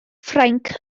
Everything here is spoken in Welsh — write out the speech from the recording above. ffrainc